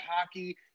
hockey